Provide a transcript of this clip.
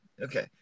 Okay